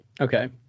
okay